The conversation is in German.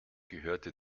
gehörte